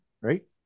right